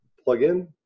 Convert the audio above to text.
plug-in